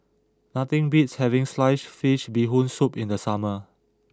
nothing beats having Sliced Fish Bee Hoon Soup in the summer